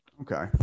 okay